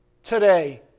Today